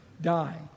die